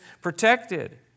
protected